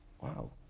Wow